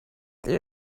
there